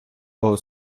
того